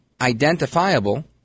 identifiable